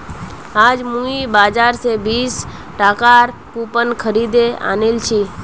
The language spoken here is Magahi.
आज मुई बाजार स बीस टकार कूपन खरीदे आनिल छि